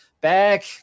back